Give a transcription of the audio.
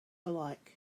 alike